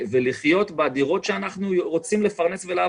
ולחיות בדירות ואנחנו רוצים לפרנס ולעבוד.